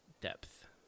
depth